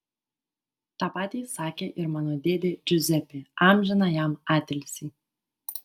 tą patį sakė ir mano dėdė džiuzepė amžiną jam atilsį